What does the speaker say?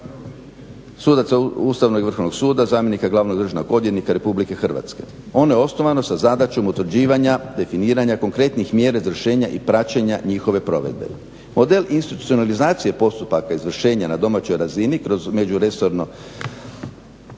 sudaca Ustavnog i Vrhovnog suda, zamjenika glavnog državnog odvjetnika RH. Ono je osnovano sa zadaćom utvrđivanja, definiranja konkretnih mjera i izvršenja i praćenja njihove provedbe. Model institucionalizacije postupaka izvršenja na domaćoj razini kroz međuresorno